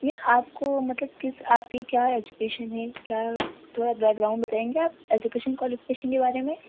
یہ آپ کو مطلب کس آپ کی کیا ایجوکیشن ہے کیا تھوڑا بیک گراؤنڈ بتائیں گے آپ ایجوکیشن کوالفکیشن کے بارے میں